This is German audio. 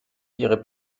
ihrer